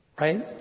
Right